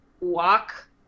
walk